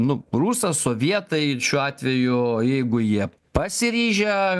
nu rusas sovietai šiuo atveju jeigu jie pasiryžę